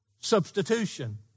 substitution